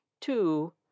Two